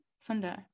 Sunday